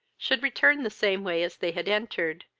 should return the same way as they had entered,